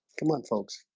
come on folks